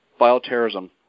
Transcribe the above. bioterrorism